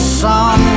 sun